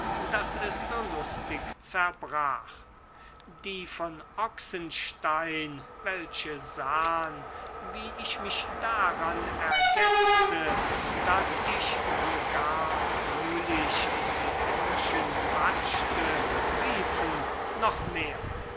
daß es so lustig zerbrach die von ochsenstein welche sahen wie ich mich daran ergetzte daß ich so gar fröhlich in die händchen patschte riefen noch mehr